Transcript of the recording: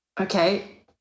Okay